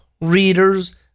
readers